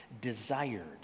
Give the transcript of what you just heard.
desired